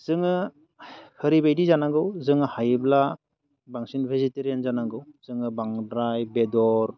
जोङो ओरैबायदि जानांगौ जोङो हायोब्ला बांसिन भेजिटेरियान जानांगौ जोङो बांद्राय बेदर